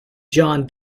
john